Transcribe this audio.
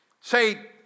Say